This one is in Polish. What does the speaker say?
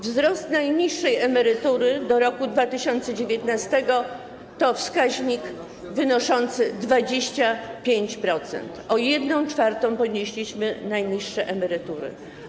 Wzrost najniższej emerytury do roku 2019 to wskaźnik wynoszący 25% - o 1/4 podnieśliśmy najniższe emerytury.